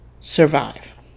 survive